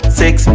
six